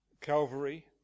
Calvary